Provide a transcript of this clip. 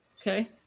Okay